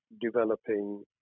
developing